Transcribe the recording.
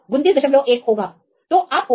तो यह 291 होगा